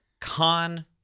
con